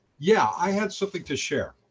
yeah i have something to share.